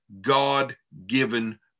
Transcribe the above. God-given